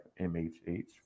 MHH